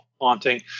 haunting